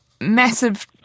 massive